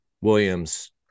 Williams